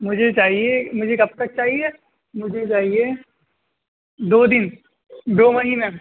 مجھے چاہیے مجھے کب تک چاہیے مجھے چاہیے دو دن دو مہینہ